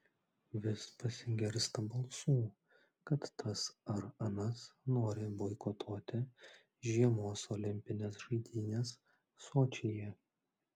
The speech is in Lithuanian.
vis pasigirsta balsų kad tas ar anas nori boikotuoti žiemos olimpines žaidynes sočyje